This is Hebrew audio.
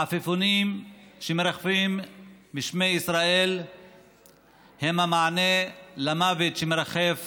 העפיפונים שמרחפים בשמי ישראל הם המענה למוות שמרחף